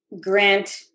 Grant